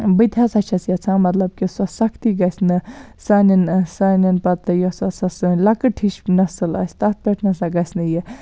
بہٕ تہٕ ہَسا چھَس یَژھان مَطلَب کہِ سۄ سَختی گَژھِ نہٕ سانٮ۪ن سانٮ۪ن پَتہٕ یۄس ہَسا سٲنٛۍ لۄکٕٹ ہِش نسل آسہِ تتھ پیٹھ نَسا گَژھِ نہٕ یہِ